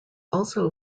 also